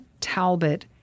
Talbot